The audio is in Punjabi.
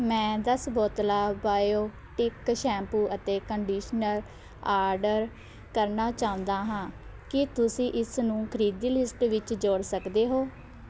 ਮੈਂ ਦਸ ਬੋਤਲਾਂ ਬਾਇਓਟਿਕ ਸ਼ੈਂਪੂ ਅਤੇ ਕੰਡੀਸ਼ਨਰ ਆਡਰ ਕਰਨਾ ਚਾਹੁੰਦਾ ਹਾਂ ਕੀ ਤੁਸੀਂ ਇਸਨੂੰ ਖਰੀਦੀ ਲਿਸਟ ਵਿੱਚ ਜੋੜ ਸਕਦੇ ਹੋ